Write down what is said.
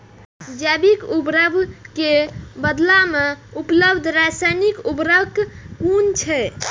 जैविक उर्वरक के बदला में उपलब्ध रासायानिक उर्वरक कुन छै?